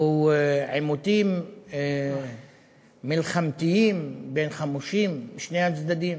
או עימותים מלחמתיים בין חמושים משני הצדדים,